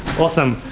awesome.